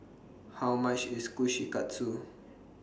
How much IS Kushikatsu